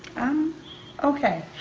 i'm okay.